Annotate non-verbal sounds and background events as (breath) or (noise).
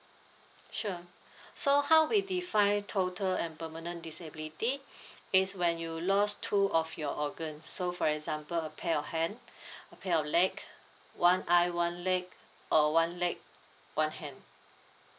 sure (breath) so how we define total and permanent disability (breath) is when you lost two of your organs so for example a pair of hand (breath) a pair of leg one eye one leg or one leg one hand